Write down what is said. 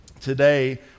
today